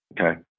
Okay